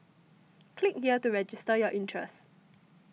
click here to register your interest